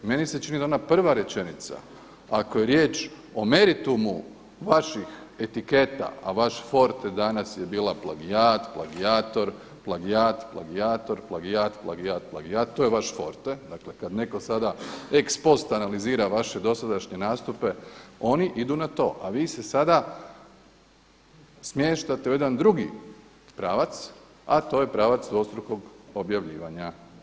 Meni se čini da ona prva rečenica, ako je riječ o meritumu vaših etiketa, a vaš forte danas je bila plagijat, plagijator, plagijat, plagijator, plagijat, plagijat, plagijat to je vaš forte dakle kada neko sada ex post analizira vaše dosadašnje nastupe oni idu na to, a vi se sada smještate u jedan drugi pravac, a to je pravac dvostrukog objavljivanja.